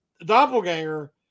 doppelganger